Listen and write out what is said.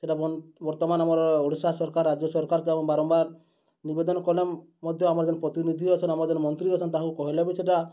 ସେଟା ବର୍ତ୍ତମାନ୍ ଆମର୍ ଓଡ଼ିଶା ସରକାର୍ ରାଜ୍ୟ ସରକାର୍କେ ଆମେ ବାରମ୍ବାର୍ ନିବେଦନ୍ କଲେ ମଧ୍ୟ ଆମର୍ ଯେନ୍ ପ୍ରତିନିଧି ଅଛନ୍ ଆମର୍ ଯେନ୍ ମନ୍ତ୍ରୀ ଅଛନ୍ ତାହାକୁଁ କହେଲେ ବି ସେଟା